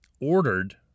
ordered